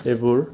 এইবোৰ